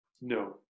No